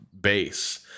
base